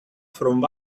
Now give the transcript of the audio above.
from